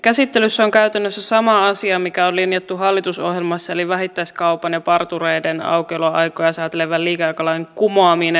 käsittelyssä on käytännössä sama asia mikä on linjattu hallitusohjelmassa eli vähittäiskaupan ja partureiden aukioloaikoja säätelevän liikeaikalain kumoaminen